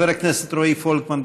חבר הכנסת רועי פולקמן,